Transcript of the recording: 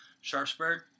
Sharpsburg